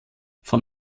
von